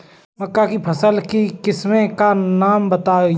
मक्का की फसल की किस्मों का नाम बताइये